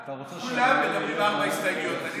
כולם מדברים על ארבע הסתייגויות, אני